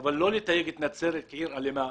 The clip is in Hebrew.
אבל לא לתייג את נצרת כעיר אלימה.